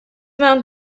mewn